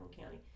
County